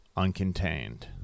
uncontained